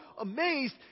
amazed